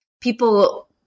people